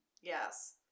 Yes